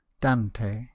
Dante